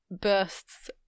bursts